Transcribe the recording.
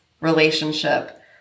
relationship